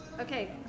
Okay